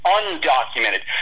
undocumented